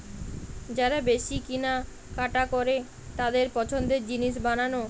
যারা বেশি কিনা কাটা করে তাদের পছন্দের জিনিস বানানো